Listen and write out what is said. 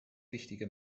wichtige